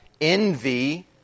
envy